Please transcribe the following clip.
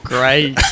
Great